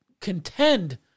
contend